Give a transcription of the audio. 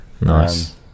nice